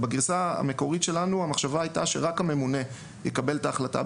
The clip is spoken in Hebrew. שבגרסה המקורית שלנו המחשבה הייתה שרק הממונה יקבל את ההחלטה,